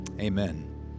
amen